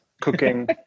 cooking